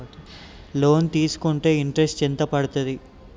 Loan తీస్కుంటే interest ఎంత పడ్తది?